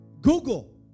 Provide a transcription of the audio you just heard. Google